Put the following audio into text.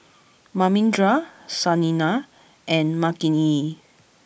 Manindra Saina and Makineni